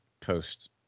post